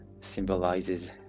symbolizes